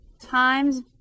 times